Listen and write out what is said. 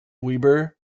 weber